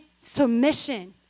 submission